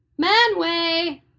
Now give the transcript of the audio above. Manway